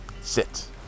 Sit